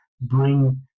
bring